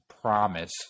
promise